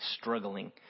struggling